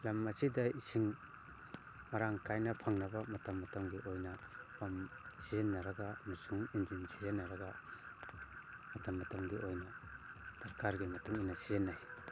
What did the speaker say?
ꯂꯝ ꯑꯁꯤꯗ ꯏꯁꯤꯡ ꯃꯔꯥꯡ ꯀꯥꯏꯅ ꯐꯪꯅꯕ ꯃꯇꯝ ꯃꯇꯝꯒꯤ ꯑꯣꯏꯅ ꯄꯝ ꯁꯤꯖꯤꯟꯅꯔꯒ ꯑꯃꯁꯨꯡ ꯏꯟꯖꯤꯟ ꯁꯤꯖꯤꯟꯅꯔꯒ ꯃꯇꯝ ꯃꯇꯝꯒꯤ ꯑꯣꯏꯅ ꯗꯔꯀꯥꯔꯒꯤ ꯃꯇꯨꯝ ꯏꯟꯅ ꯁꯤꯖꯤꯟꯅꯩ